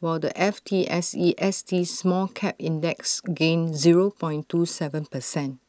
while the F T S E S T small cap index gained zero point two Seven percent